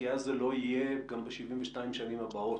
כי אז זה לא יהיה גם ב-72 השנים הבאות.